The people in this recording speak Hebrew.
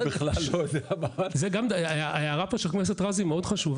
גם בטופס יש סיבת סירוב.